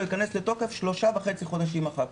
ייכנס לתוקף שלושה וחצי חודשים אחר-כך.